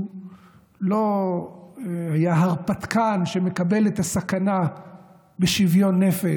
הוא לא היה הרפתקן שמקבל את הסכנה בשוויון נפש,